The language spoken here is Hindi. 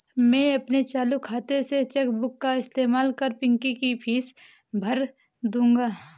मैं अपने चालू खाता से चेक बुक का इस्तेमाल कर पिंकी की फीस भर दूंगा